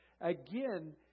again